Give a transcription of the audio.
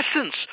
essence